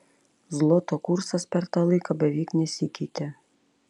zloto kursas per tą laiką beveik nesikeitė